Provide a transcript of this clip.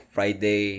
Friday